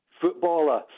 footballer